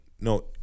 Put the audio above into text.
no